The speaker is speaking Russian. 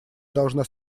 должна